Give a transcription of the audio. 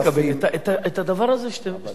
את הדבר הזה שאתם אומרים,